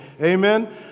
Amen